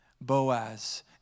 Boaz